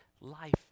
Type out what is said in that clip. life